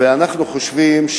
אנחנו חושבים,